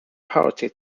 party